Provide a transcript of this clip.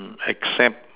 accept